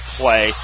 play